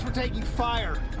taking fire.